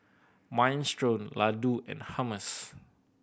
Minestrone Ladoo and Hummus